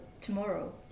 tomorrow